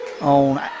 on